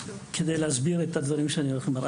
כדי להסביר את הדברים שאני הולך לומר.